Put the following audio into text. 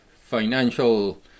financial